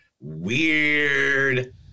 weird